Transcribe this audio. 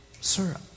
sir